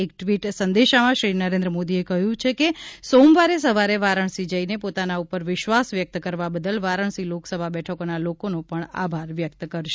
એક ટ્વીટ સંદેશામાં શ્રી નરેન્દ્ર મોદીએ કહ્યું છે કે સોમવારે સવારે વારાણસી જઈને પોતાના ઉપર વિશ્વાસ વ્યક્ત કરવા બદલ વારાણસી લોકસભા બેઠકોના લોકોનો આભાર વ્યક્ત કરશે